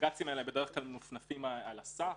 הבג"צים האלה בדרך כלל מנופנפים על הסף.